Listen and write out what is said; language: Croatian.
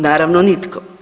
Naravno, nitko.